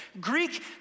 Greek